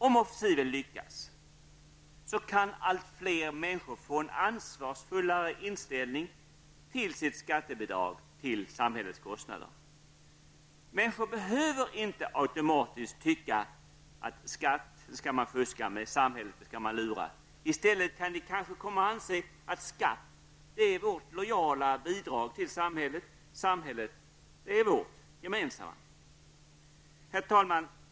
Om offensiven lyckas kan alltfler människor få en ansvarsfullare inställning till sitt skattebidrag till samhällets kostnader. Människor behöver inte automatiskt tycka att skatt är något man skall fuska med och att man skall lura samhället. I stället kan det kanske komma att anses att skatt är vårt lojala bidrag till samhället och att samhället är vårt gemensamma. Herr talman!